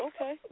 Okay